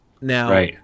Now